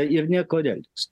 ir nėr ko rinktis